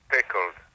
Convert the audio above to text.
Pickled